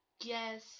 yes